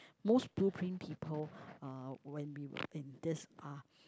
most blueprint people uh when we were in this uh